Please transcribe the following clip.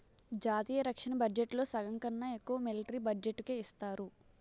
జాతీయ రక్షణ బడ్జెట్లో సగంకన్నా ఎక్కువ మిలట్రీ బడ్జెట్టుకే ఇస్తారు